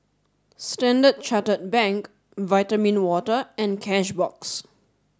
standard Chartered Bank Vitamin Water and Cashbox